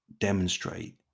demonstrate